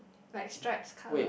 like stripes color